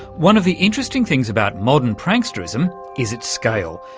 one of the interesting things about modern pranksterism is its scale,